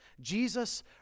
Jesus